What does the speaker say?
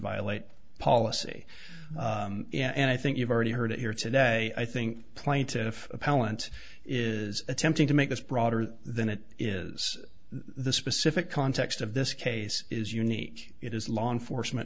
violate policy and i think you've already heard it here today i think plaintiff appellant is attempting to make this broader than it is the specific context of this case is unique it is law enforcement